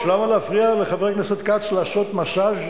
למה להפריע לחבר הכנסת כץ לעשות מסאז'